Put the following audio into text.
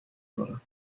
دارند